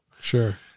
Sure